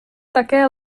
také